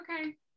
okay